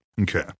Okay